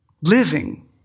living